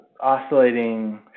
oscillating